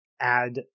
add